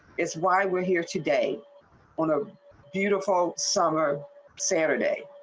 it's why we're here today on a beautiful summer saturday.